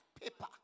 paper